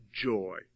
joy